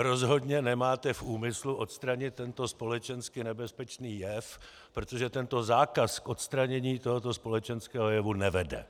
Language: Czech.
Rozhodně nemáte v úmyslu odstranit tento společensky nebezpečný jev, protože tento zákaz k odstranění tohoto společenského jevu nevede.